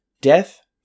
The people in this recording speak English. death